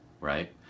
right